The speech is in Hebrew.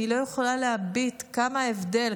אני לא יכולה להביט כמה הבדל,